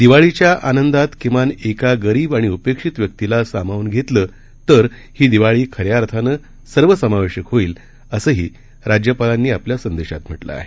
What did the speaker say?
दिवाळीच्या आनंदात किमान एका गरीब आणि उपेक्षित व्यक्तीला सामावून घेतलं तर ही दिवाळी खऱ्या अर्थानं सर्वसमावेशक होईल असंही राज्यपालांनी आपल्या संदेशात म्हटलं आहे